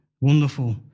Wonderful